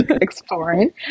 exploring